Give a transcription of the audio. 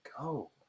go